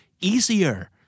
easier